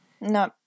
No